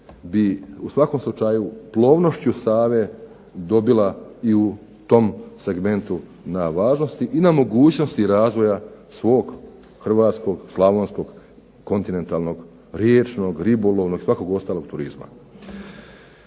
u svakom slučaju plovnošću Save dobila i u tom segmentu na važnosti i na mogućnosti razvoja svog hrvatskog, slavonskog kontinentalnog, riječnog, ribolovnog i svakog ostalog turizma.